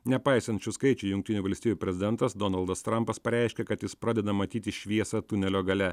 nepaisant šių skaičių jungtinių valstijų prezidentas donaldas trampas pareiškė kad jis pradeda matyti šviesą tunelio gale